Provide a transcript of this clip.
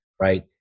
Right